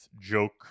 joke